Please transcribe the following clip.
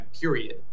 period